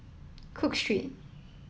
Cook Street